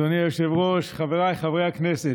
אדוני היושב-ראש, חבריי חברי הכנסת,